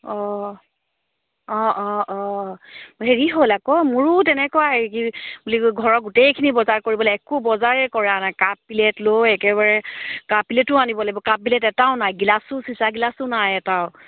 অঁ অঁ অঁ অঁ হেৰি হ'ল আকৌ মোৰো তেনেকুৱা এই কি বুলি কয় ঘৰৰ গোটেইখিনি বজাৰ কৰিবলৈ একো বজাৰে কৰা নাই কাপ প্লেটলৈ একেবাৰে কাপ প্লেটো আনিব লাগিব কাপ প্লেট এটাও নাই গিলাচো চিচাৰ গিলাছো নাই এটাও